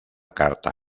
carta